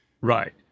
Right